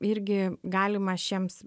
irgi galima šiems